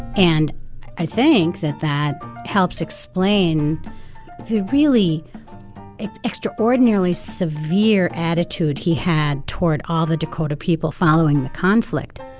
and i think that that helps explain the really extraordinarily severe attitude he had toward all the dakota people following the conflict.